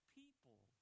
people